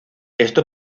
esto